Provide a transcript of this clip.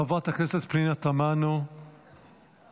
חברת הכנסת פנינה תמנו, בבקשה.